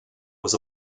was